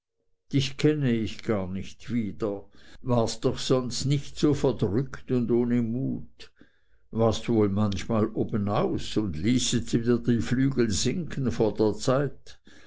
dich kenne ich gar nicht wieder warst sonst doch nicht so verdrückt und ohne mut warst wohl manchmal obenaus und ließest wieder die flügel sinken vor der zeit